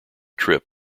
trip